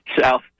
South